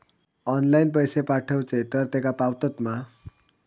Online पैसे पाठवचे तर तेका पावतत मा?